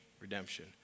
redemption